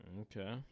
Okay